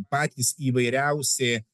patys įvairiausi